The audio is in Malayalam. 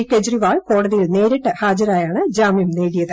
്കെജ്രിവാൾ കോടതിയിൽ നേരിട്ട് ഹാജരായാണ് ജാമ്യം നേടിയത്